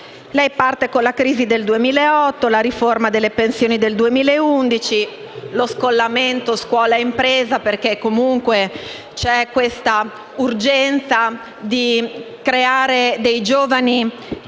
lei parte con la crisi del 2008, la riforma delle pensioni del 2011 e lo scollamento tra scuola e impresa, perché c'è l'urgenza di creare dei giovani